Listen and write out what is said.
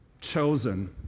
Chosen